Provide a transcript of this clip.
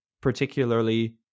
particularly